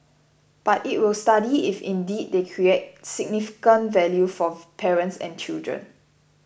but it will study if indeed they create significant value for parents and children